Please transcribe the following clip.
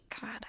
God